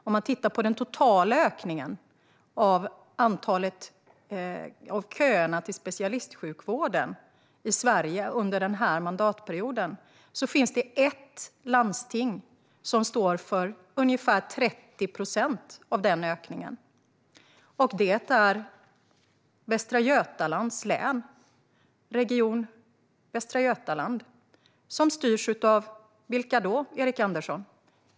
Man kan titta på den totala ökningen av köerna till specialistsjukvården i Sverige under denna mandatperiod. Det finns ett landsting som står för ungefär 30 procent av den ökningen, och det är Västra Götalandsregionen. Vilka styrs de av, Erik Andersson?